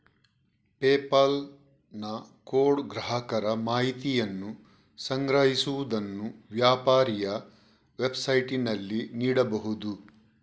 PayPal ನ code ಗ್ರಾಹಕರ ಮಾಹಿತಿಯನ್ನು ಸಂಗ್ರಹಿಸುವುದನ್ನು ವ್ಯಾಪಾರಿಯ ವೆಬ್ಸೈಟಿನಲ್ಲಿ ನೀಡಬಹುದು